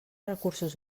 recursos